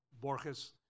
Borges